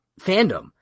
fandom